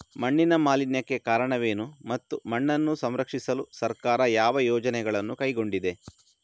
ಮಣ್ಣಿನ ಮಾಲಿನ್ಯಕ್ಕೆ ಕಾರಣವೇನು ಮತ್ತು ಮಣ್ಣನ್ನು ಸಂರಕ್ಷಿಸಲು ಸರ್ಕಾರ ಯಾವ ಯೋಜನೆಗಳನ್ನು ಕೈಗೊಂಡಿದೆ?